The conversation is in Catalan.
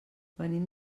venim